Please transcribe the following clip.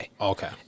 Okay